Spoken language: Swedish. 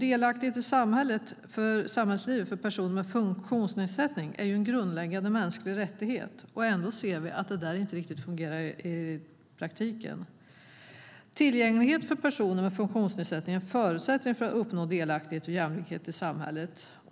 Delaktighet i samhällslivet för personer med funktionsnedsättning är en grundläggande mänsklig rättighet. Ändå ser vi att detta inte riktigt fungerar i praktiken. Tillgänglighet för personer med funktionsnedsättning är en förutsättning för att uppnå delaktighet och jämlikhet i samhället.